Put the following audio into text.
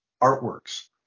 artworks